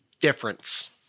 difference